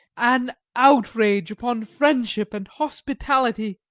an outrage upon friendship and hospitality!